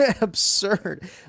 absurd